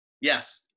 Yes